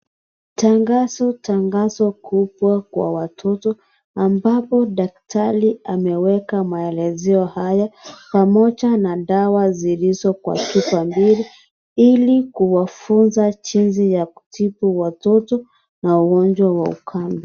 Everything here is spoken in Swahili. Tangazo, tangazo kubwa Kwa watoto ambapo daktari ameweka maelezo haya pamoja na dawa zilizo Kwa chupa mbili ili kuwafunza jinsi ya kutibu watoto na ugonjwa wa ukambi.